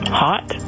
hot